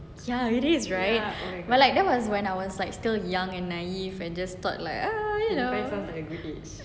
ya really is right but like that was when I was like still young and naive and just thought like ah you know